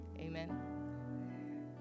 Amen